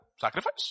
sacrifice